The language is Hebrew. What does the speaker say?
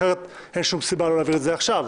אחרת אין שום סיבה לא להעביר את זה עכשיו.